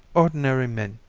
ordinary men,